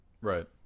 Right